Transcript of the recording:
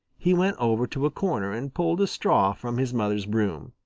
he went over to a corner and pulled a straw from his mother's broom.